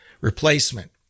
replacement